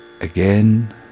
Again